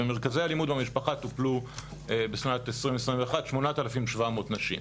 בשנת 2021 במרכזי האלימות במשפחה טופלו 8,700 נשים.